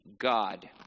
God